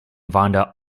vonda